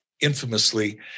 infamously